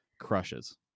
crushes